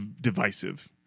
Divisive